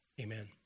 amen